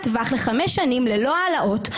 טווח למשך חמש שנים בלי העלאות במחיר,